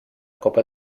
copa